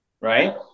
right